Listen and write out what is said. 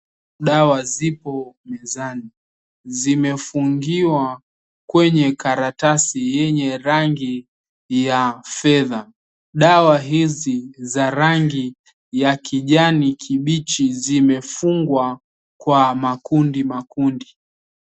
Dawa zipo mezani zimefungiwa kwenye karatasi ya rangi ya fedhaa dawa hizi za rangi ya kijani kibichi zinefungwa kwa makundi makundi.